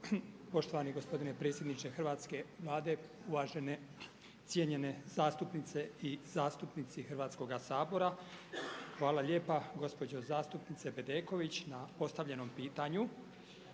poštovani gospodine predsjedniče hrvatske Vlade, uvažene cijenjene zastupnice i zastupnici Hrvatskoga sabora. Hvala lijepa gospođo zastupnice Bedeković na postavljenom pitanju.